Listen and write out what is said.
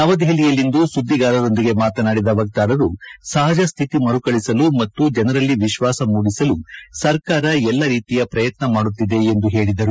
ನವದೆಹಲಿಯಲ್ಲಿ ಸುದ್ದಿಗಾರರೊಂದಿಗೆ ಮಾತನಾಡಿದ ವಕ್ತಾರರು ಸಹಜ ಸ್ಥಿತಿ ಮರುಕಳಿಸಲು ಮತ್ತು ಜನರಲ್ಲಿ ವಿಶ್ವಾಸ ಮೂಡಿಸಲು ಸರ್ಕಾರ ಎಲ್ಲಾ ರೀತಿಯ ಪ್ರಯತ್ನ ಮಾಡುತ್ತಿದೆ ಎಂದು ಹೇಳಿದ್ದಾರೆ